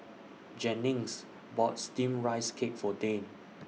Jennings bought Steamed Rice Cake For Dane